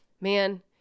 man